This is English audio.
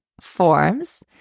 forms